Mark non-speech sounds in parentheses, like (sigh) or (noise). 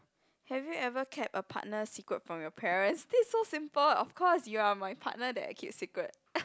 have you ever kept a partner secret from your parents this is so simple of course you are my partner that I keep secret (laughs)